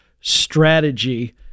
strategy